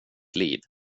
liv